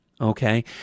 Okay